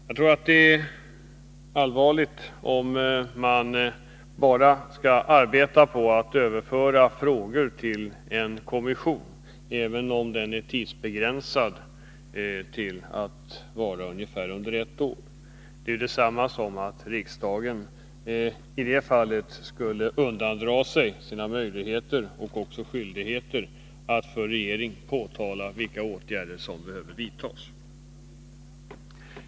Jag tror att det är allvarligt om man bara skall överföra frågor till en kommission, även om dess arbete är tidsbegränsat till ungefär ett år. Det är detsamma som att riksdagen skulle undandra sig sina möjligheter och skyldigheter att för regeringen påtala vilka åtgärder som behöver vidtas.